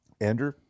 Andrew